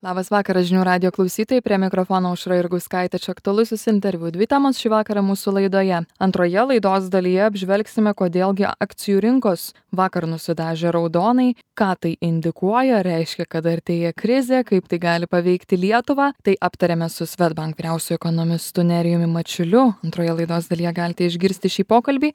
labas vakaras žinių radijo klausytojai prie mikrofono aušra jurgauskaitė čia aktualusis interviu dvi temos šį vakarą mūsų laidoje antroje laidos dalyje apžvelgsime kodėl gi akcijų rinkos vakar nusidažė raudonai ką tai indikuoja reiškia kad artėja krizė kaip tai gali paveikti lietuvą tai aptarėme su swedbank vyriausiuoju ekonomistu nerijumi mačiuliu antroje laidos dalyje galite išgirsti šį pokalbį